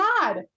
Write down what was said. God